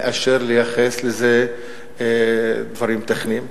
יותר מאשר לייחס לזה דברים טכניים.